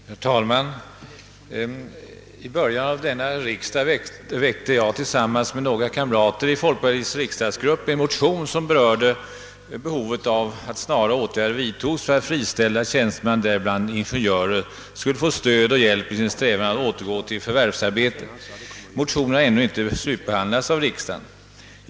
Herr talman! I början av denna riksdag väckte jag tillsammans med några komrater i folkpartiets riksdagsgrupp en motion som behandlade behovet av snara åtgärder för att friställda tjänstemän, däribland ingenjörer, skulle få stöd och hjälp i sin strävan att återgå till förvärvsarbete. Motionen har ännu inte slutbehandlats av riksdagen.